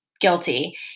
guilty